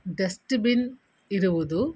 dustbin ಇರುವುದು